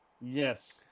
Yes